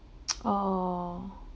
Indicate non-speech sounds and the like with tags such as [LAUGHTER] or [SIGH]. [NOISE] oh